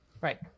Right